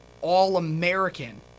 All-American